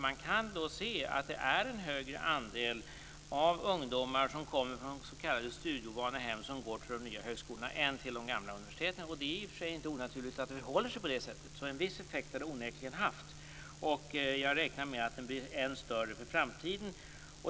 Man kan nämligen se att det är en större andel ungdomar som kommer från s.k. studieovana hem som går till de nya högskolorna än till de gamla universiteten. Det är i och för sig inte onaturligt att det förhåller sig på det sättet. En viss effekt har det onekligen haft, och jag räknar med att den blir än större i framtiden.